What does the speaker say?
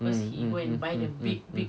mm mm mm mm mm mm